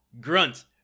grunt